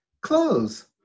Clothes